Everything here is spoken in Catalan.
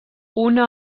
una